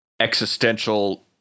existential